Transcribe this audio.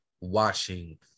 watching